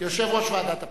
כיושב-ראש ועדת הפנים.